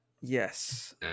Yes